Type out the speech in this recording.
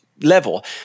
level